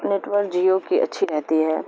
network Jio کی اچھی رہتی ہے